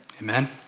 Amen